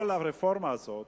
כל הרפורמה הזאת